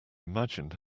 imagined